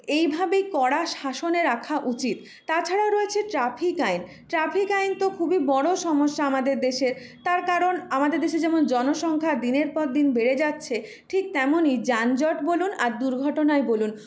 এইভাবেই কড়া শাসনে রাখা উচিত তাছাড়াও রয়েছে ট্রাফিক আইন ট্রাফিক আইন তো খুবই বড়ো সমস্যা আমাদের দেশের তার কারণ আমাদের দেশে যেমন জনসংখ্যা দিনের পর দিন বেড়ে যাচ্ছে ঠিক তেমনই যানজট বলুন আর দুর্ঘটনাই বলুন